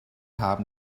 haben